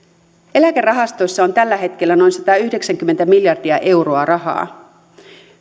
eläkerahastoissa on tällä hetkellä noin satayhdeksänkymmentä miljardia euroa rahaa